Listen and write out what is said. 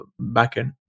backend